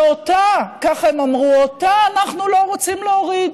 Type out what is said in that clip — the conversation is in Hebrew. שאותה, כך הם אמרו, אותה אנחנו לא רוצים להוריד.